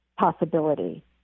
possibility